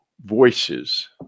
voices